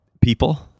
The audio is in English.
people